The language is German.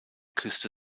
küste